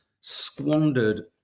squandered